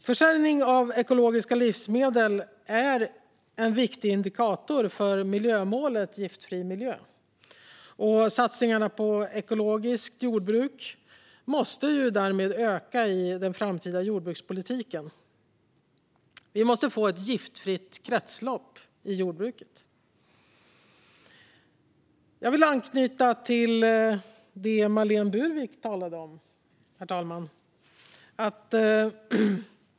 Försäljning av ekologiska livsmedel är en viktig indikator för miljömålet Giftfri miljö. Satsningarna på ekologiskt jordbruk måste öka i den framtida jordbrukspolitiken. Vi måste få ett giftfritt kretslopp i jordbruket. Jag vill anknyta till det som Marlene Burwick talade om, herr talman.